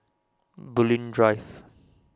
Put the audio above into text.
Bulim Drive